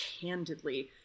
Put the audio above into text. candidly